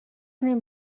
نمی